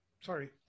sorry